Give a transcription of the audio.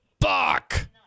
Fuck